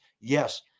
Yes